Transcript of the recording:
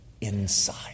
inside